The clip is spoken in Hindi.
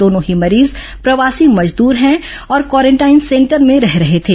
दोनों ही मरीज प्रवासी मजदूर हैं और क्वारेंटाइन सेंटर में रह रहे थे